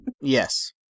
Yes